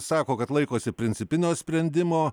sako kad laikosi principinio sprendimo